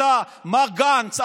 מר גנץ,